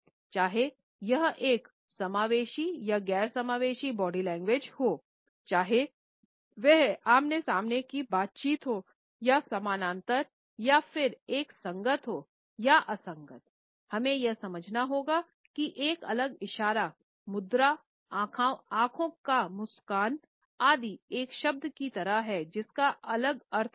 चाहें यह एक समावेशी या गैर समावेशी बॉडी लैंग्वेज हो चाहे वह आमने सामने की बातचीत हो या समानांतर या फिर वह संगत हो या असंगत हमें यह समझना होगा कि एक अलग इशारा मुद्रा आंखों का मुस्कुराना आदि एक शब्द की तरह है जिसका अलग अर्थ होता हैं